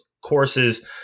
courses